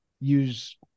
use